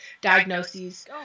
diagnoses